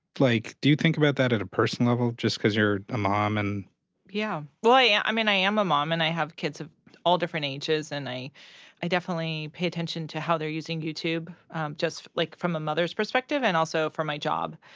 like, do you think about that at a personal level? just cause you're a mom and wojcicki yeah. well, i yeah i mean, i am a mom and i have kids of all different ages. and i i definitely pay attention to how they're using youtube just, like, from a mother's perspective, and also for my job.